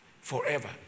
forever